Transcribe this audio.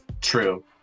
True